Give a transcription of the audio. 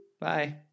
Bye